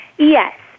Yes